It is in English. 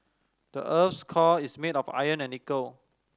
the earth's core is made of iron and nickel